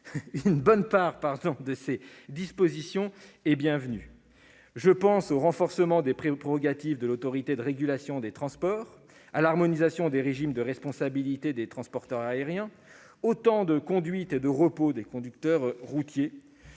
Une bonne partie de ses dispositions est bienvenue. Je pense au renforcement des prérogatives de l'Autorité de régulation des transports, à l'harmonisation des régimes de responsabilité des transporteurs aériens, au temps de conduite et de repos des conducteurs routiers.